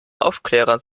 aufklärern